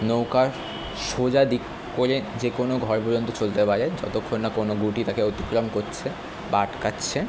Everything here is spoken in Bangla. নৌকার সোজা দিক করে যে কোনো ঘর পর্যন্ত চলতে পারে যতক্ষণ না কোনো গুটি তাকে অতিক্রম করছে বা আটকাচ্ছে